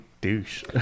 douche